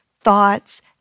thoughts